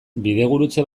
bidegurutze